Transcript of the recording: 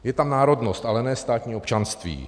Je tam národnost, ale ne státní občanství.